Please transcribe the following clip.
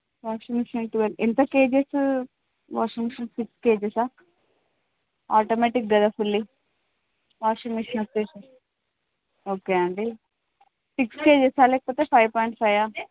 washing machine ఎంత kgs washing machine six కేజిస్సా automatic కదా ఫుల్లీ వాషింగ్ మెషిన్ వచ్చి ఓకే అండి సిక్స్ కేజిస్సా లేక ఫైవ్ పాయింట్ ఫైవా